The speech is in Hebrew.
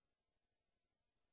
אענה.